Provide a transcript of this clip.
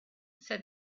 said